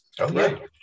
Okay